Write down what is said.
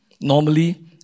normally